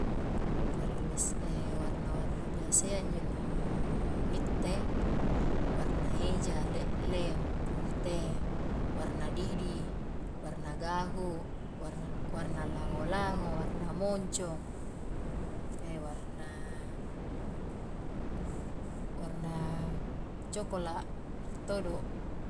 Jari warna-warna biasayya injo ni itte, warna eja, le'leng, pute, warna didi, warna gahu, war-warna lango-lango, warna moncong, warna warna cokolat todo'.